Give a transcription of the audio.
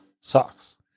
socks